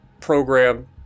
program